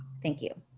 thank you.